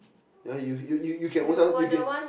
yeah you you you you can own self you can